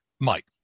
Mike